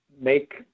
make